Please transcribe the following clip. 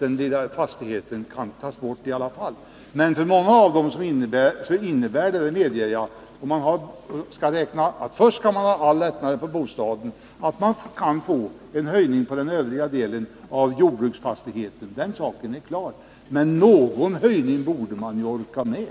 innebär att fastigheten kan tas bort i alla fall. Först skall man ha lättnader beträffande bostaden för att kunna få en höjning när det gäller den övriga delen av jordbruksfastigheten, den saken är klar. Men någon höjning borde man väl orka med.